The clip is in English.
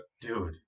Dude